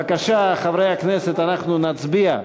בבקשה, חברי הכנסת, אנחנו נצביע: